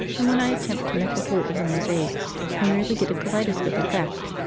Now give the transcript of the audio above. and when i attempt to make a whole of the mosaics i merely get a kaleidoscopic effect.